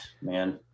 Man